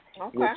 Okay